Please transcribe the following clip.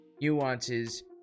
nuances